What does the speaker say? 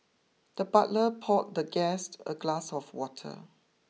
the butler poured the guest a glass of water